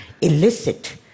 illicit